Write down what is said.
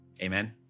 Amen